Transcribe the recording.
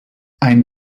ein